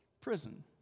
prison